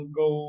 go